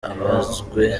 abazwe